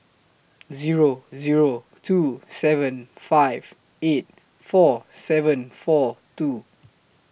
Zero Zero two seven five eight four seven four two